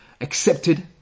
accepted